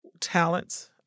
talents